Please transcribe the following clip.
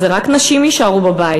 זה רק שנשים יישארו בבית,